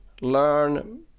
learn